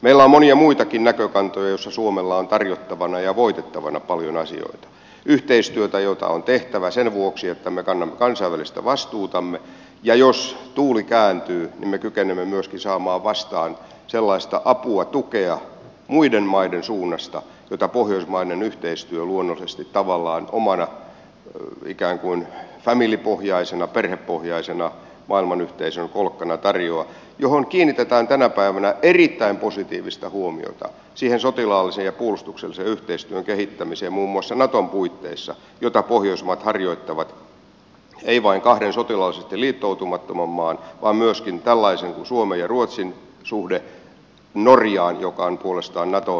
meillä on monia muitakin näkökantoja joissa suomella on tarjottavana ja voitettavana paljon asioita yhteistyötä jota on tehtävä sen vuoksi että me kannamme kansainvälistä vastuutamme ja jos tuuli kääntyy niin me kykenemme myöskin saamaan vastaan sellaista apua tukea muiden maiden suunnasta jota pohjoismainen yhteistyö luonnollisesti tavallaan omana ikään kuin family pohjaisena perhepohjaisena maailmanyhteisön kolkkana tarjoaa mihin kiinnitetään tänä päivänä erittäin positiivista huomiota siihen sotilaallisen ja puolustuksellisen yhteistyön kehittämiseen muun muassa naton puitteissa jota pohjoismaat harjoittavat eivät vain kahden sotilaallisesti liittoutumattoman maan kesken vaan myöskin tällaisena kuin on suomen ja ruotsin suhde norjaan joka on puolestaan nato jäsenmaa